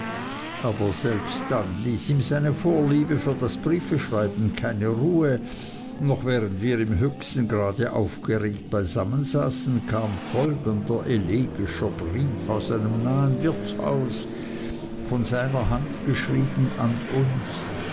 aber selbst dann ließ ihm seine vorliebe für das briefeschreiben keine ruhe noch während wir im höchsten grade aufgeregt beisammen saßen kam folgender elegischer brief aus einem nahen wirtshaus von seiner hand geschrieben an uns